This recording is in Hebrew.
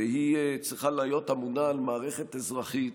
והיא צריכה להיות אמונה על מערכת אזרחית